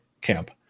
camp